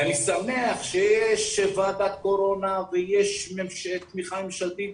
אני שמח שיש ועדת קורונה ויש תמיכה ממשלתית.